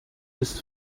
ist